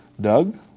Doug